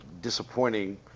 disappointing